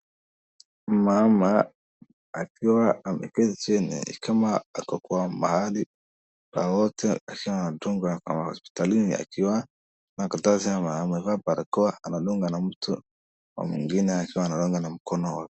Mama akiwa ameketi chini ni kama ako kwa mahali pa watu akiwa anadungwa kwa hospitalini, akiwa na karatasi ama amevaa barakoa anadungwa na mtu wa mwingine akiwa anadungwa na mkono.